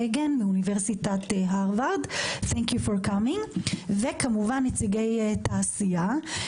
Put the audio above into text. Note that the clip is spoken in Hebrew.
פאגן מאוניברסיטת הרווארד תודה שהגעת ונציגי תעשייה.